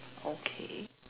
okay